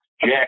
Jack